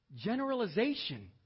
generalization